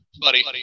buddy